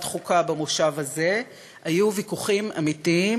החוקה במושב הזה היו ויכוחים אמיתיים,